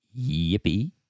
yippee